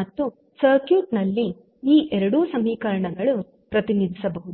ಮತ್ತು ಸರ್ಕ್ಯೂಟ್ನ ಲ್ಲಿ ಈ ಎರಡು ಸಮೀಕರಣಗಳನ್ನು ಪ್ರತಿನಿಧಿಸಬಹುದು